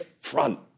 Front